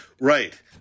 Right